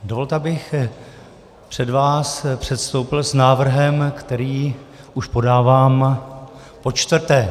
Dovolte, abych před vás předstoupil s návrhem, který už podávám počtvrté.